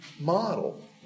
model